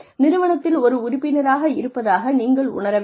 நிறுவனத்தில் ஒரு உறுப்பினராக இருப்பதாக நீங்கள் உணர வேண்டும்